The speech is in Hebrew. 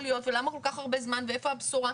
להיות ולמה כל כך הרבה זמן ואיפה הבשורה.